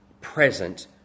present